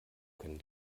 können